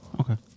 Okay